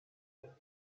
فاصله